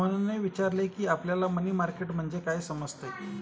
मोहनने विचारले की, आपल्याला मनी मार्केट म्हणजे काय समजते?